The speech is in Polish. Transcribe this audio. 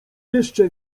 jeszcze